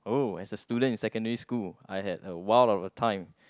uh as a student in secondary school I had a while of a time